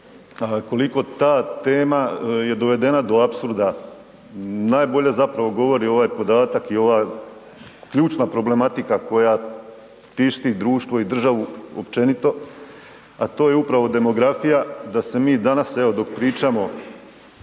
Ukoliko ta tema je dovedena do apsurda, najbolje zapravo govori ovaj podatak i ova ključna problematika koja tišti društvo i državu općenito, a to je upravo demografija, da se mi danas, evo dok pričamo